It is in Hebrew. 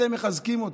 אתם מחזקים אותי,